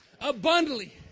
abundantly